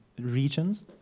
regions